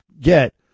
get